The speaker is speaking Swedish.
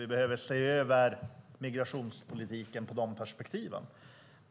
Vi behöver se över migrationspolitiken i de perspektiven.